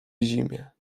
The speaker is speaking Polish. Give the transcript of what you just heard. zimie